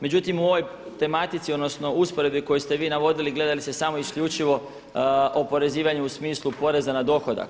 Međutim u ovoj tematici, odnosno usporedbi koju ste vi navodili gleda li se samo isključivo oporezivanje u smislu poreza na dohodak.